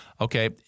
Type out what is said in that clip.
Okay